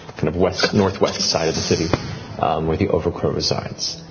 kind of west-northwest side of the city where the overcrow resides.